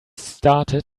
started